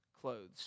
clothes